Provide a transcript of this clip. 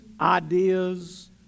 ideas